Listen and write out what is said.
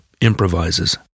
improvises